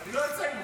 אני לא יוצא ממך.